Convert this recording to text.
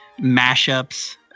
mashups